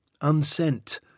Unsent